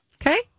okay